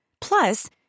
Plus